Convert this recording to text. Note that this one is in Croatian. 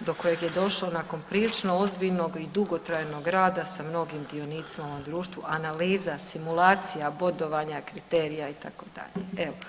do kojeg je došlo nakon prilično ozbiljnog i dugotrajnog rada sa mnogim dionicima u ovom društvu, analiza, simulacija, bodovanja, kriterija itd., evo.